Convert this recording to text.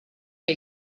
che